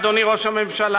אדוני ראש הממשלה,